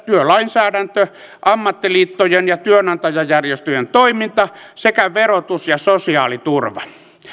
työlainsäädäntö ammattiliittojen ja työnantajajärjestöjen toiminta sekä verotus ja sosiaaliturva